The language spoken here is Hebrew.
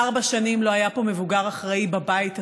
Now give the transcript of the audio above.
ארבע שנים לא היה פה מבוגר אחראי בבית הזה,